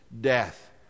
death